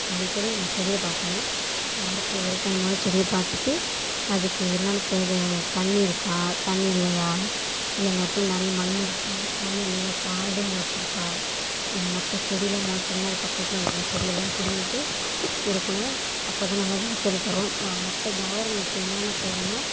அடிக்கடி நம்ம செடியை பார்க்கணும் வாரத்தில் ஒரு டைம்மாவது செடியை பார்த்துட்டு அதுக்கு என்னான்ன தேவை தண்ணி இருக்கா தண்ணி இல்லையா இல்லை அந்த இடத்துல நிறைய மண் இருக்கா மண் இல்லையா இல்லை காடு முளச்சிருக்கா மற்ற செடிலாம் முளச்சிருந்தா அது பக்கத்தில் உள்ள செடியெல்லாம் பிடுங்கிட்டு இருக்கணும் அப்போதான் நல்ல வெளைச்சலை தரும் மற்ற தாவரங்களுக்கு என்னென்ன தேவைன்னா